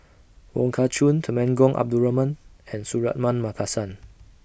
Wong Kah Chun Temenggong Abdul Rahman and Suratman Markasan